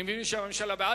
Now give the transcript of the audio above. אני מבין שהממשלה בעד.